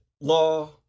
Law